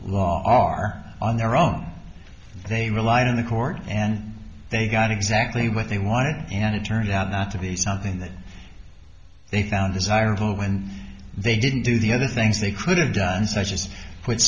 laws are on their own they relied on the court and they got exactly what they wanted and it turned out not to be something that they found desirable when they didn't do the other things they could have done such